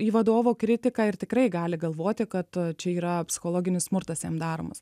į vadovo kritiką ir tikrai gali galvoti kad čia yra psichologinis smurtas jam daromas